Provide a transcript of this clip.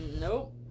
Nope